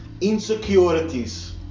insecurities